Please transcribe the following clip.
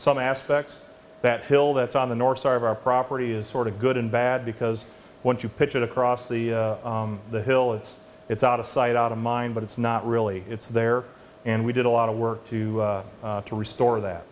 some aspects that hill that's on the north side of our property is sort of good and bad because once you pitch it across the the hill it's it's out of sight out of mind but it's not really it's there and we did a lot of work to to restore that